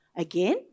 Again